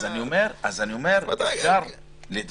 אז אני אומר שאפשר להתווכח,